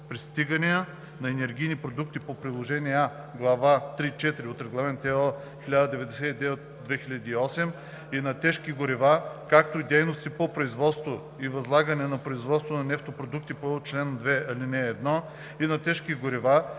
пристигания на енергийни продукти по приложение А, глава 3.4 от Регламент (ЕО) № 1099/2008 и на тежки горива, както и дейности по производство и възлагане на производство на нефтопродукти по чл. 2, ал. 1 и на тежки горива,